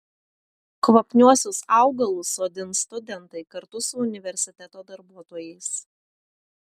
kvapniuosius augalus sodins studentai kartu su universiteto darbuotojais